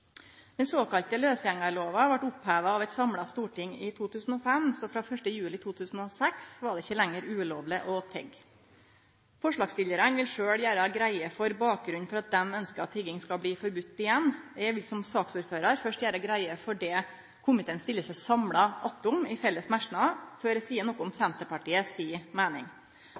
Den såkalla lausgjengarlova vart oppheva av eit samla storting i 2005, så frå 1. juli 2006 var det ikkje lenger ulovleg å tigge. Forslagsstillarane vil sjølve gjere greie for bakgrunnen for at dei ønskjer at tigging skal bli forbode igjen. Eg vil som saksordførar først gjere greie for det komiteen stiller seg samla bak i felles merknader, før eg seier noko om Senterpartiet si meining.